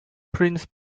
prince